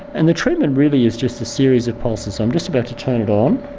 and the treatment really is just a series of pulses. i'm just about to turn it on.